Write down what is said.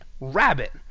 rabbit